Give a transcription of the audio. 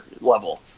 level